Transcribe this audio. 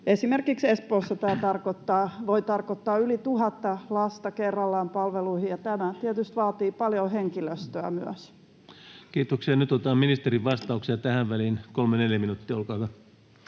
Esimerkiksi Espoossa tämä voi tarkoittaa yli tuhatta lasta kerrallaan palveluihin, ja tämä tietysti vaatii paljon henkilöstöä myös. Kiitoksia. — Nyt otetaan ministerin vastauksia tähän väliin kolme neljä minuuttia. Olkaa hyvä.